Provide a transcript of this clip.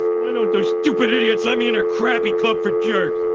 why don't those stupid idiots let me in their crappy club for jerks?